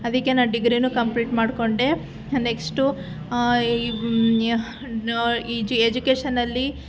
ಅದಕ್ಕೆ ನಾನು ಡಿಗ್ರೀನೂ ಕಂಪ್ಲೀಟ್ ಮಾಡ್ಕೊಂಡೆ ನೆಕ್ಸ್ಟು ಈಜು ಎಜುಕೇಷನ್ನಲ್ಲಿ